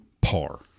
Par